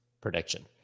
prediction